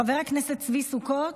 חבר הכנסת צבי סוכות,